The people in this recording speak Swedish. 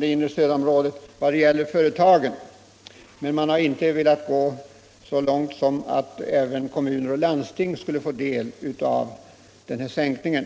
det inre stödområdet beträffande företagen. De har dock inte velat gå så långt som att tillåta att även kommuner och landsting skulle få del av denna sänkning.